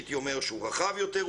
שהייתי אומר שהוא רחב יותר,